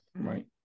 right